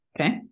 Okay